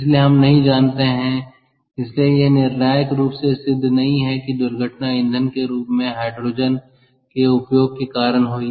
इसलिए हम नहीं जानते हैं इसलिए यह निर्णायक रूप से सिद्ध नहीं है कि दुर्घटना ईंधन के रूप में हाइड्रोजन के उपयोग के कारण हुई